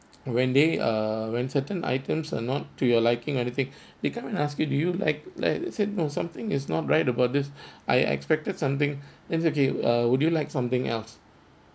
when they err when certain items are not to your liking anything they come and ask you do you like like he said no something is not right about this I expected something that's okay uh would you like something else